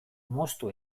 moztu